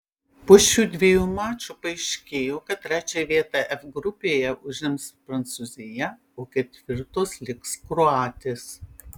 po šių dviejų mačų paaiškėjo kad trečią vietą f grupėje užims prancūzija o ketvirtos liks kroatės